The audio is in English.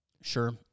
sure